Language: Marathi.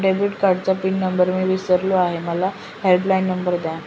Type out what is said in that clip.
डेबिट कार्डचा पिन नंबर मी विसरलो आहे मला हेल्पलाइन नंबर द्या